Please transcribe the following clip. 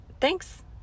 Thanks